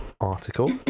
article